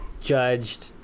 judged